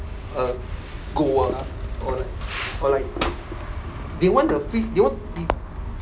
a goal ah or like or like they want a free they want